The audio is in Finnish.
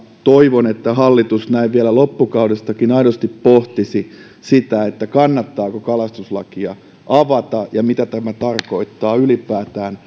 toivon että hallitus vielä näin loppukaudestakin aidosti pohtisi sitä kannattaako kalastuslakia avata ja mitä tämä tarkoittaa ylipäätään